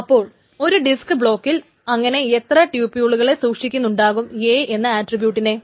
അപ്പോൾ ഒരു ഡിസ്ക് ബ്ലോക്കിൽ അങ്ങനെ എത്ര ട്യൂപുളുകളെ സൂക്ഷിക്കുന്നുണ്ടാകും A യെന്ന ആട്രിബ്യൂട്ടിനെ